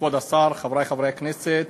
כבוד השר, חברי חברי הכנסת,